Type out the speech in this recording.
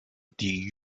die